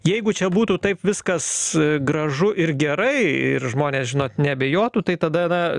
jeigu čia būtų taip viskas gražu ir gerai ir žmonės žinot neabejotų tai tada na